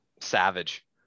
Savage